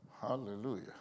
Hallelujah